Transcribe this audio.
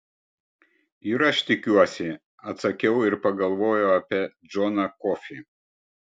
ir aš tikiuosi atsakiau ir pagalvojau apie džoną kofį